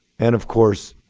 and of course,